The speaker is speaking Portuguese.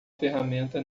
ferramenta